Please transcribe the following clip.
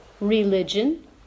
religion